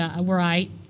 right